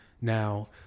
Now